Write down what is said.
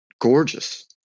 gorgeous